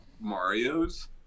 Mario's